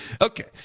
Okay